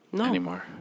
anymore